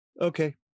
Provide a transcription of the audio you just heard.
Okay